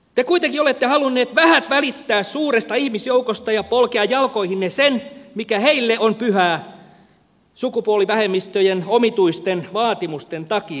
te kuitenkin olette halunneet vähät välittää suuresta ihmisjoukosta ja polkea jalkoihinne sen mikä heille on pyhää sukupuolivähemmistöjen omituisten vaatimusten takia